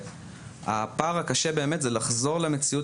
הפער הקשה באמת זה לחזור למציאות